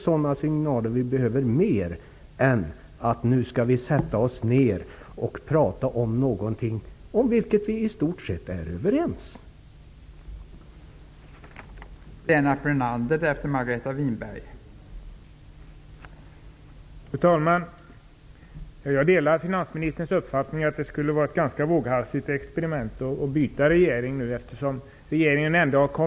Sådana signaler är viktigare än att vi säger att vi nu skall sätta oss ner och prata om något som vi i stort sett är överens om.